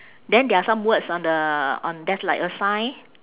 then there are some words on the on there's like a sign